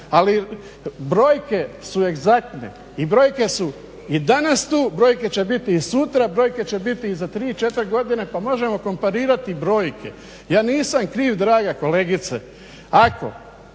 ali brojke su egzaktne i brojke su i danas tu, brojke će biti i sutra, brojke će biti i za 3, 4 godine pa možemo komparirati brojke. Ja nisam kriv draga kolegice